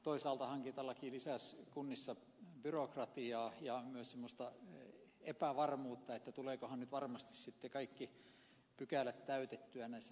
toisaalta hankintalaki lisäsi kunnissa byrokratiaa ja myös epävarmuutta että tulevatkohan nyt varmasti kaikki pykälät täytettyä näissä tarjouksissa